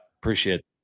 appreciate